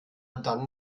dann